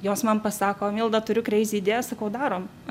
jos man pasako milda turiu crazy idėją sakau darom